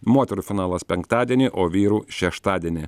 moterų finalas penktadienį o vyrų šeštadienį